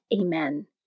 Amen